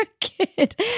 kid